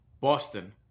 boston